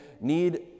need